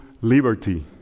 liberty